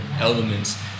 elements